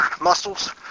muscles